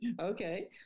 okay